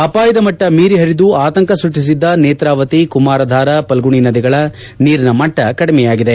ಅಪಾಯದ ಮಟ್ಟ ಮೀರಿ ಹರಿದು ಆತಂಕ ಸೃಷ್ಟಿಸಿದ್ದ ನೇತ್ರಾವತಿ ಕುಮಾರಧಾರ ಫಲ್ಗುಣಿ ನದಿಗಳ ನೀರಿನ ಮಟ್ಟ ಕಡಿಮೆಯಾಗಿದೆ